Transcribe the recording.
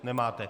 Nemáte.